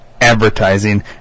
advertising